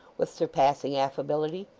with surpassing affability.